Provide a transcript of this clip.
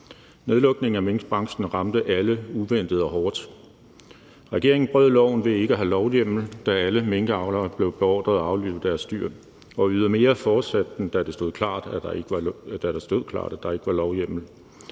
Nedlukningen af minkbranchen ramte alle uventet og hårdt. Regeringen brød loven ved ikke at have lovhjemmel, da alle minkavlere blev beordret at aflive deres dyr, og ydermere fortsatte den, da det stod klart, at der ikke var lovhjemmel.